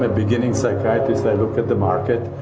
but beginning psychiatrist i look at the market,